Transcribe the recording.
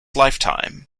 lifetime